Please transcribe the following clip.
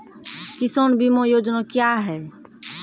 किसान बीमा योजना क्या हैं?